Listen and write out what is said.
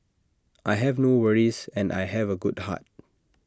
I have no worries and I have A good heart